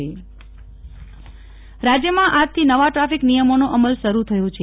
Nehal Thakkar traffic નિયમો રાજ્યમાં આજથી નવા ટ્રાફીક નિયમોનો અમલ શરૂ થયો છે